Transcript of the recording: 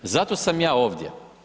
Zato sam ja ovdje.